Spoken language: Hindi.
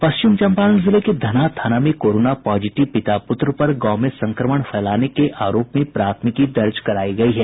पश्चिम चंपारण जिले के धनहा थाना में कोरोना पॉजिटिव पिता पुत्र पर गांव में संक्रमण फैलाने के आरोप में प्राथमिकी दर्ज करायी गयी है